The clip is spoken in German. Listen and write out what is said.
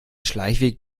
schleichweg